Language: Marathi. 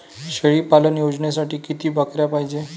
शेळी पालन योजनेसाठी किती बकऱ्या पायजे?